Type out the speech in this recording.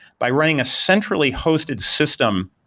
by writing a centrally hosted system,